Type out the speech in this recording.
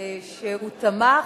התשס"ט 2009,